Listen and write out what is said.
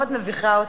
עכשיו את מביכה אותי.